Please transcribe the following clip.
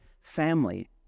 family